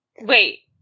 Wait